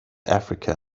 africa